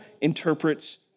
interprets